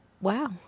Wow